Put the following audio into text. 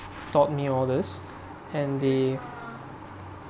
taught me all these and they